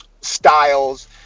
styles